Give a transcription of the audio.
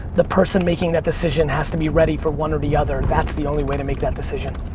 the person making that decision has to be ready for one or the other. that's the only way to make that decision.